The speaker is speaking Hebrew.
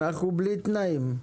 אנחנו בלי תנאים.